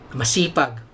masipag